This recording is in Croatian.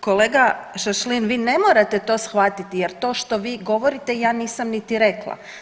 Kolega Šašlin vi ne morate to shvatiti jer to što vi govorite ja nisam niti rekla.